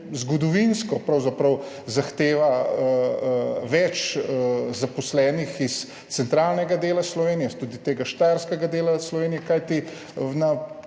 zgodovinsko pravzaprav zahteva več zaposlenih iz centralnega dela Slovenije, tudi štajerskega dela Slovenije, kajti na